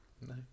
no